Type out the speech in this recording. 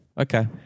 Okay